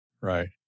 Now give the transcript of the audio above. Right